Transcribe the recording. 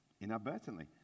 inadvertently